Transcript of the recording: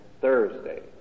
Thursday